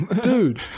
dude